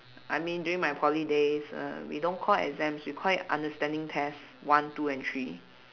I mean during my poly days uh we don't call it exams we call it understanding test one two and three